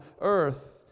earth